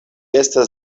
estas